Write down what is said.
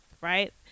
Right